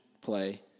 play